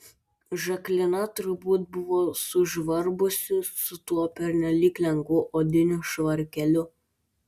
žaklina turbūt buvo sužvarbusi su tuo pernelyg lengvu odiniu švarkeliu